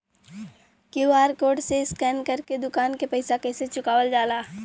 QR code से scan कर के दुकान के पैसा कैसे चुकावल जाला?